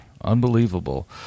Unbelievable